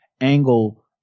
angle